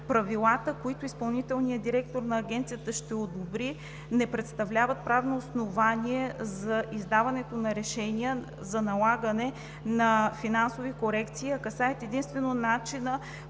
правилата, които изпълнителният директор на Агенцията ще одобри, не представляват правно основание за издаването на решенията за налагане на финансови корекции, а касаят единствено начина,